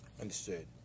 Understood